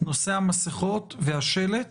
נושא המסכות והשלט